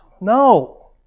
No